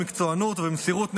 במקצוענות ובמסירות נפש,